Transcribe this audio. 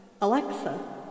Alexa